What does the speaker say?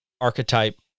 archetype